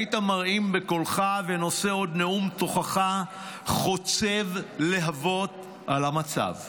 היית מרעים בקולך ונושא עוד נאום תוכחה חוצב להבות על המצב.